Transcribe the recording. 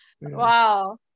Wow